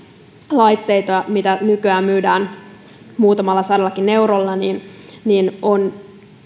laitteita joita nykyään myydään muutamalla sadalla eurolla on